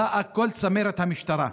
ובאה כל צמרת המשטרה,